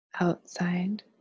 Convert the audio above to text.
Outside